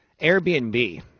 Airbnb